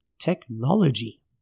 Technology